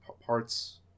parts